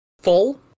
full